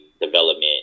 development